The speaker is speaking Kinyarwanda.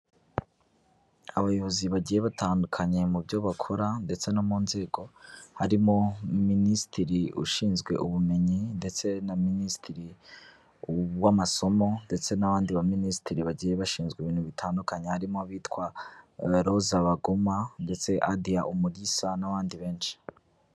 Abayobozi bagiye batandukanye mu byo bakora ndetse no mu nzego, harimo minisitiri ushinzwe ubumenyi ndetse na minisitiri w'amasomo ndetse n'abandi baminisitiri bagiye bashinzwe ibintu bitandukanye, harimo abitwa Rose Baguma ndetse Adia Umulisa n'abandi benshi.